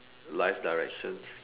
life directions